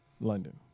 London